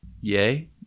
Yay